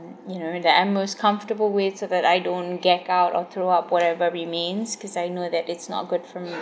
you know that I'm most comfortable with so that I don't gag out or throw up whatever remains cause I know that it's not good for m~